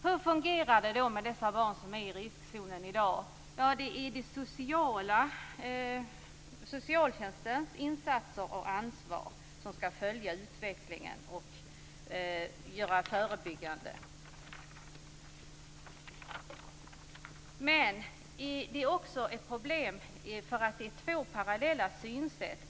Hur fungerar det med dessa barn som är i riskzonen i dag? Det är socialtjänsten som ansvarar för insatser, skall följa utvecklingen och vidta förebyggande åtgärder. Men där finns problem. Det är fråga om två parallella synsätt.